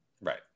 right